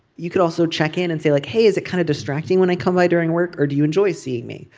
you can also check in and feel like hey is it kind of distracting when i come by during work or do you enjoy seeing me.